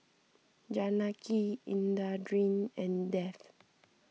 Janaki Indranee and Dev